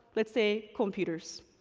let's say, computers.